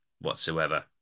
whatsoever